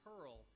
pearl